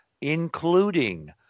including